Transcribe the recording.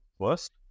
first